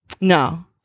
No